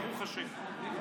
ברוך השם.